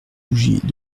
bougies